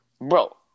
Bro